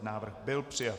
Návrh byl přijat.